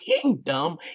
kingdom